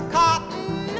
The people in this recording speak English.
cotton